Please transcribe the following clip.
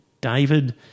David